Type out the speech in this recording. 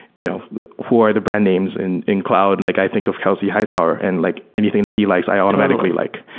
you know who are the brand names in in cloud? like i think of kelsey hightower and like anything that he likes, i automatically like.